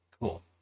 Cool